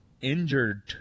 injured